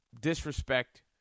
disrespect